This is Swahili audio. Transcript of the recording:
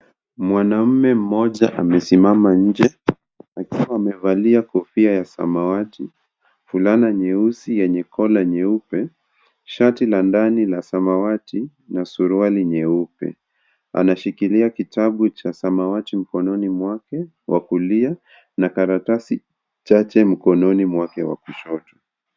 Mwanaume mmoja amesimama nje akiwa amevalia kofia ya samawati, fulana nyeusi yenye kola nyeupe, shati la ndani la samawati na suruali nyeupe. Anashikilia kitabu cha samawati mkononi mwake wa kulia na karatasi chache mkononi mwake wa kushoto.